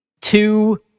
two